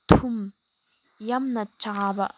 ꯊꯨꯝ ꯌꯥꯝꯅ ꯆꯥꯕ